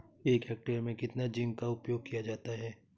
एक हेक्टेयर में कितना जिंक का उपयोग किया जाता है?